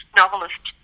novelist